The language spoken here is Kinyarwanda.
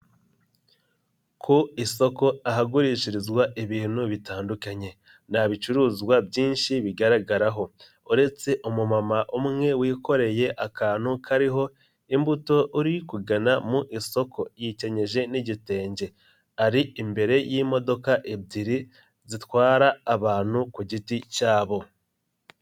Ku isoko ahagurishirizwa ibintu bitandukanye, nta bicuruzwa byinshi bigaragaraho uretse umumama umwe wikoreye akantu kariho imbuto uri kugana mu isoko yikenyeje n'igitenge, ari imbere y'imodoka ebyiri zitwara abantu ku giti cyabo.